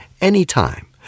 anytime